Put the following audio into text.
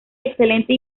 excelente